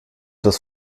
das